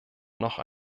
noch